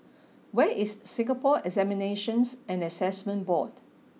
where is Singapore Examinations and Assessment Board